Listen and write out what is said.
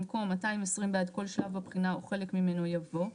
במקום "220 בעד כל שלב בבחינה או חלק ממנו" יבוא: